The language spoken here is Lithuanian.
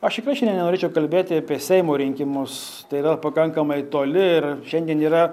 aš tikrai šiandien nenorėčiau kalbėti apie seimo rinkimus tai yra pakankamai toli ir šiandien yra